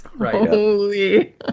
Holy